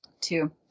Two